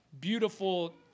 beautiful